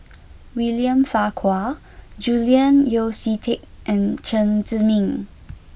William Farquhar Julian Yeo See Teck and Chen Zhiming